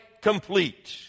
complete